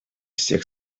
всех